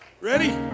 Ready